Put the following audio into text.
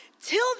Till